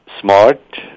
smart